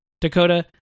Dakota